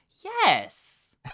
Yes